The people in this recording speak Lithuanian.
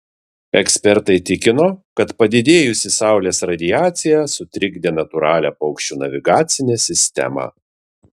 ekspertai tikino kad padidėjusi saulės radiacija sutrikdė natūralią paukščių navigacinę sistemą